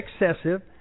excessive